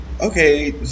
okay